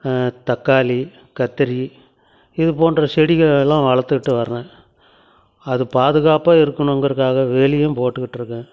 தக்காளி கத்திரி இது போன்ற செடிகளெல்லாம் வளர்த்துட்டு வரேன் அது பாதுகாப்பாக இருக்கணுங்கிறக்காக வேலியும் போட்டுட்டு இருக்கேன்